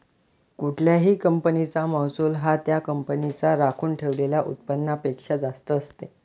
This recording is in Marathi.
कुठल्याही कंपनीचा महसूल हा त्या कंपनीच्या राखून ठेवलेल्या उत्पन्नापेक्षा जास्त असते